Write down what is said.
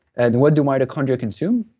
and what do mitochondria consume?